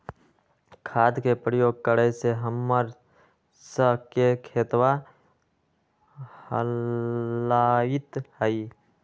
खाद के प्रयोग करे से हम्मर स के खेतवा लहलाईत हई